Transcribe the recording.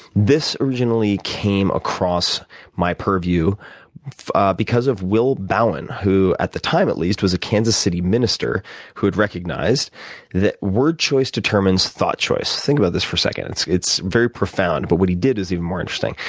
this originally came across my purview because of will bowen, who at the time, at least, was a kansas city minister who had recognized that word choice determines thought choice. think about this for a second it's it's very profound. but what he did is even more interesting.